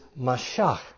mashach